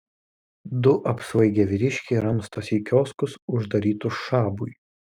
du apsvaigę vyriškiai ramstosi į kioskus uždarytus šabui